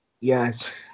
yes